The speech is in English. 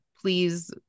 please